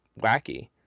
wacky